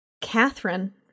Catherine